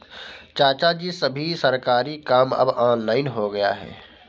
चाचाजी, सभी सरकारी काम अब ऑनलाइन हो गया है